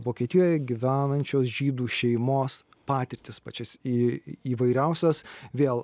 vokietijoje gyvenančios žydų šeimos patirtis pačias į įvairiausias vėl